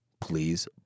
Please